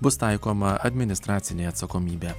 bus taikoma administracinė atsakomybė